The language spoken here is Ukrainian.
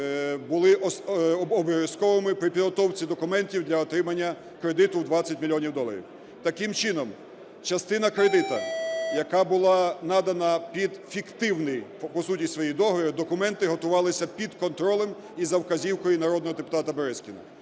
були обов'язковими при підготовці документів для отримання кредиту у 20 мільйонів доларів. Таким чином, частина кредиту, яка була надана під фіктивний по суті своїй договір, документи готувалися під контролем і за вказівкою народного депутата Березкіна.